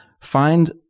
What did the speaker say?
find